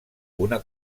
una